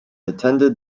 attended